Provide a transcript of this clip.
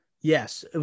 Yes